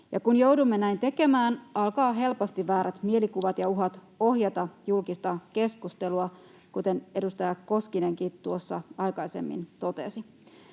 kun joudumme näin tekemään, alkavat helposti väärät mielikuvat ja uhat ohjata julkista keskustelua, kuten edustaja Koskinenkin tuossa aikaisemmin totesi.